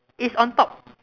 is on top